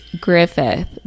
Griffith